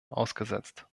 ausgesetzt